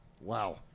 Wow